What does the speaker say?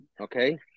Okay